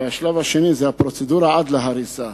והשלב השני זה הפרוצדורה עד להריסה.